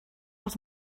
els